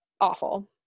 awful